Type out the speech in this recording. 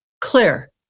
clear